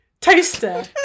toaster